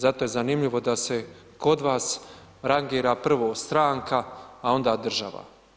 Zato je zanimljivo da se kod vas rangira prvo stranka, a onda država.